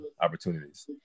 opportunities